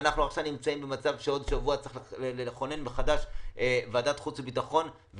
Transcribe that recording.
בעוד שבוע צריך לכונן מחדש ועדת חוץ וביטחון,